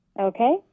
Okay